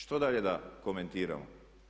Što dalje da komentiramo?